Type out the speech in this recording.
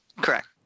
Correct